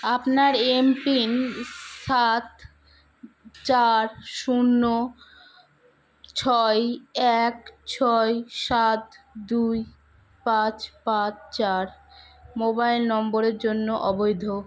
আপনার এমপিন সাত চার শূন্য ছয়ই এক ছয় সাত দুই পাঁচ পাঁচ চার মোবাইল নম্বরের জন্য অবৈধ